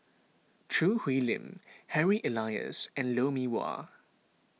Choo Hwee Lim Harry Elias and Lou Mee Wah